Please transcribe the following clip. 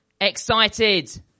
excited